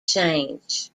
change